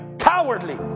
cowardly